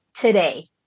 Today